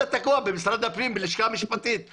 זה תקוע בלשכה המשפטית במשרד הפנים.